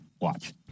Watch